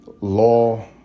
law